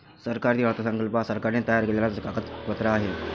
सरकारी अर्थसंकल्प हा सरकारने तयार केलेला कागदजत्र आहे